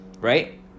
right